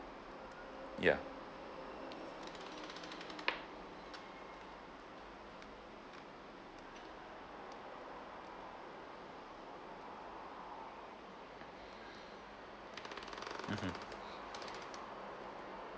ya mmhmm